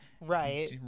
right